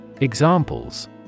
Examples